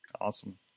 Awesome